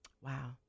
Wow